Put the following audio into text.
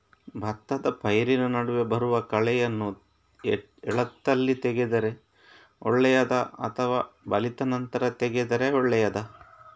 ಭತ್ತದ ಪೈರಿನ ನಡುವೆ ಬರುವ ಕಳೆಯನ್ನು ಎಳತ್ತಲ್ಲಿ ತೆಗೆದರೆ ಒಳ್ಳೆಯದಾ ಅಥವಾ ಬಲಿತ ನಂತರ ತೆಗೆದರೆ ಒಳ್ಳೆಯದಾ?